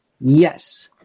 yes